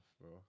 bro